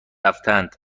رفتن